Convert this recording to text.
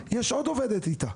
יש עוד עובדת איתה.